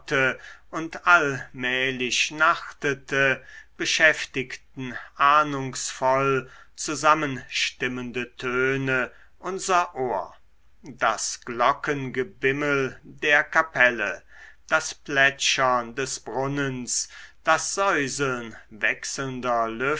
und allmählich nachtete beschäftigten ahnungsvoll zusammenstimmende töne unser ohr das glockengebimmel der kapelle das plätschern des brunnens das säuseln wechselnder